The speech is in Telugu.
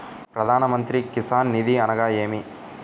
ప్రధాన మంత్రి కిసాన్ నిధి అనగా నేమి?